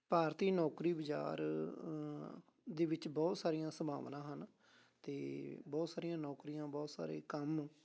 ਭਾਰਤੀ ਨੌਕਰੀ ਬਜ਼ਾਰ ਦੇ ਵਿੱਚ ਬਹੁਤ ਸਾਰੀਆਂ ਸੰਭਾਵਨਾ ਹਨ ਅਤੇ ਬਹੁਤ ਸਾਰੀਆਂ ਨੌਕਰੀਆਂ ਬਹੁਤ ਸਾਰੇ ਕੰਮ